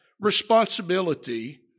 responsibility